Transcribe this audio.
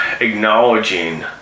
acknowledging